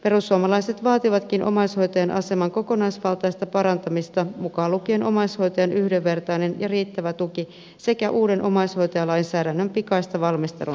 perussuomalaiset vaativatkin omaishoitajan aseman kokonaisvaltaista parantamista mukaan lukien omaishoitajan yhdenvertainen ja riittävä tuki sekä uuden omaishoitajalainsäädännön pikaista valmistelun aloittamista